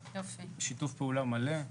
בשיתוף פעולה מלא.